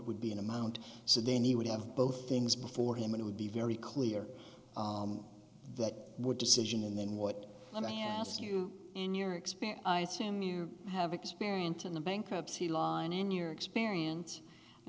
would be an amount so then he would have both things before him it would be very clear that would decision and then what let me ask you in your experience i assume you have experience in the bankruptcy law and in your experience i